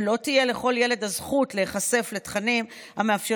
ולא תהיה לכל ילד הזכות להיחשף לתכנים המאפשרים